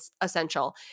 essential